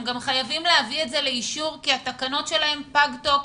הם גם חייבים להביא את זה לאישור כי התקנות שלהם פג תוקף.